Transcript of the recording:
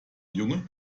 junge